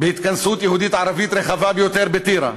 בהתכנסות יהודית-ערבית רחבה ביותר בטירה,